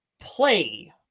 play